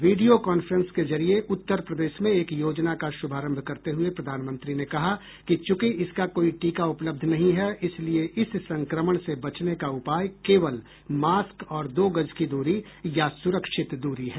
video conference के जरिये उत्तर प्रदेश में एक योजना का शुभारंभ करते हुए प्रधानमंत्री ने कहा कि चूंकि इसका कोई टीका उपलब्ध नहीं है इसलिए इस संक्रमण से बचने का उपाय केवल मास्क और दो गज की दूरी या सुरक्षित दूरी है